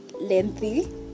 lengthy